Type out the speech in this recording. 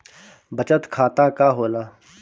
बचत खाता का होला?